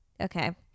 Okay